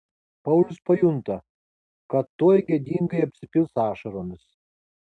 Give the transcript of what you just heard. paulius pajunta kad tuoj gėdingai apsipils ašaromis